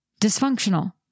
dysfunctional